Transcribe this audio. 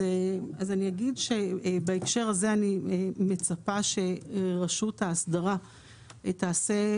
אז אני אגיד שבהקשר הזה אני מצפה שרשות האסדרה תעשה,